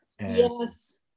Yes